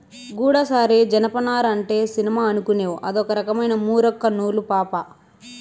గూడసారి జనపనార అంటే సినిమా అనుకునేవ్ అదొక రకమైన మూరొక్క నూలు పాపా